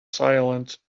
silence